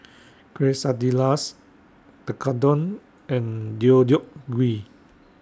Quesadillas Tekkadon and Deodeok Gui